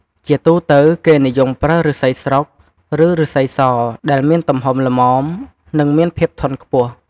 ជាទូទៅ គេនិយមប្រើឬស្សីស្រុក ឬឬស្សីស ដែលមានទំហំល្មម និងមានភាពធន់ខ្ពស់។